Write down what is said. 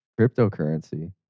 cryptocurrency